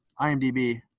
IMDb